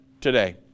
today